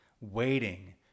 waiting